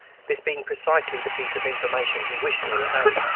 this being precisely the piece of information he wished to obtain.